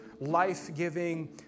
life-giving